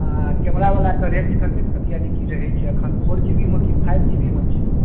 हँ कैमरा बला कऽ रेन्ज कतेक तक यानि कि रहैत छै एखन फोर जी बीमे कि फाइव जी बीमे छै